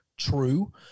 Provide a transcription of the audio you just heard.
true